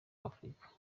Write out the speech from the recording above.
afurika